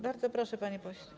Bardzo proszę, panie pośle.